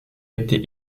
été